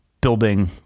building